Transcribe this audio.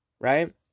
right